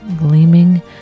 gleaming